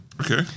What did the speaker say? Okay